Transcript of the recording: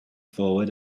forward